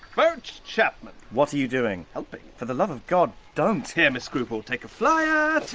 vote chapman! what are you doing? helping. for the love of god, don't. here, miss scruple take a flyer,